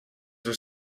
were